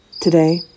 Today